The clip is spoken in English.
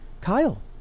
Kyle